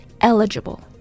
eligible